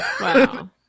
Wow